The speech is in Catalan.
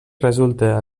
resulta